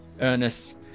Ernest